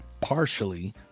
partially